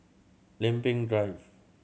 Lempeng Drive